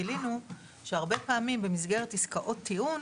גילינו שהרבה פעמים במסגרת עסקאות טיעון